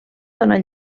donar